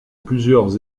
plusieurs